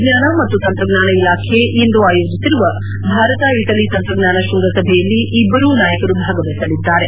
ವಿಜ್ಞಾನ ಮತ್ತು ತಂತ್ರಜ್ಞಾನ ಇಲಾಖೆ ಇಂದು ಆಯೋಜಿಸಿರುವ ಭಾರತ ಇಟಲಿ ತಂತ್ರಜ್ಞಾನ ಶೃಂಗಸಭೆಯಲ್ಲಿ ಇಬ್ಬರೂ ನಾಯಕರು ಭಾಗವಹಿಸಲಿದ್ದಾರೆ